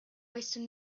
wasted